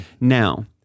Now